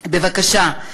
בבקשה,